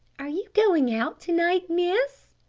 are you going out to-night, miss?